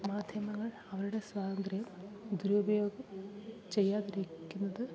മാധ്യമങ്ങൾ അവരുടെ സ്വാതന്ത്ര്യം ദുരൂപയോഗം ചെയ്യാതിരിക്കുന്നത്